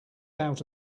out